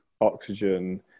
oxygen